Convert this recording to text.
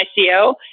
ICO